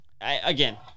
Again